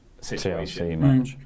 situation